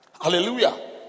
Hallelujah